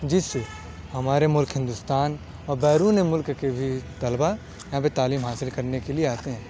جس سے ہمارے ملک ہندوستان اور بیرونِ ملک کے بھی طلباء یہاں پہ تعلیم حاصل کرنے کے لیے آتے ہیں